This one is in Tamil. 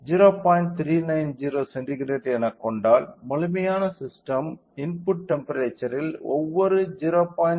390 சென்டிகிரேட் எனக் கொண்டால் முழுமையான ஸிஸ்டெம் இன்புட் டெம்ப்பெரேச்சர்யில் ஒவ்வொரு 0